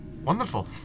Wonderful